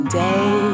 day